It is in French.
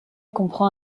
comprend